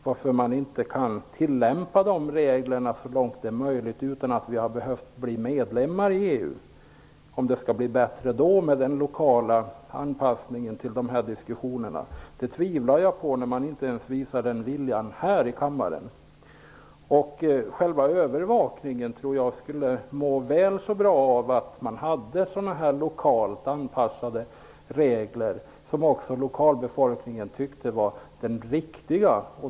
Varför kan man inte tillämpa detta även innan vi har blivit medlemmar i EU? Jag tvivlar på att det blir bättre sedan om man inte ens nu visar den viljan här i kammaren. Själva övervakningen skulle må väl så bra av att man hade lokalt anpassade regler som också lokalbefolkningen tyckte var riktiga.